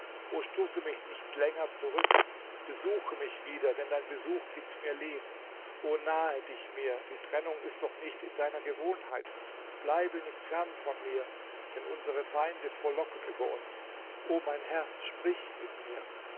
o stoße mich nicht länger zurück besuche mich wieder denn dein besuch gibt mir leben o nahe dich mir die trennung ist doch nicht in deiner gewohnheit bleibe nicht fern von mir denn unsere feinde frohlocken über uns o mein herr sprich mit mir